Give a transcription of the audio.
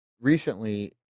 Recently